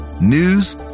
news